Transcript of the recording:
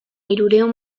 hirurehun